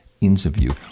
interview